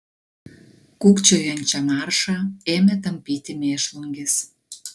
kūkčiojančią maršą ėmė tampyti mėšlungis